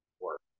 work